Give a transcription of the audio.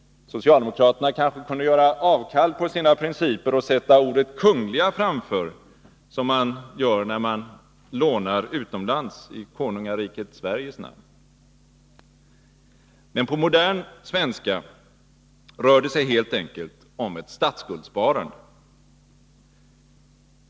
Socialdemokraterna kunde kanske göra avkall på sina principer och sätta ordet ”kungliga” framför, som man gör när man lånar utomlands i Konungariket Sveriges namn. På modern svenska rör det sig emellertid helt enkelt om ett statsskuldssparande.